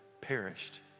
perished